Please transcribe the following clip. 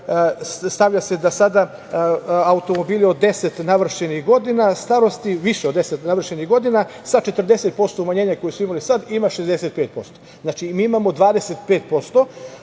stavlja se da sada automobili od 10 navršenih godina starosti, više od 10 navršenih godina, sa 40% umanjenja koje su imali sad ima 65%.Znači, mi imamo 25%,